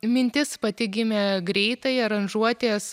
mintis pati gimė greitai aranžuotės